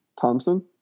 Thompson